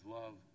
love